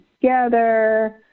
together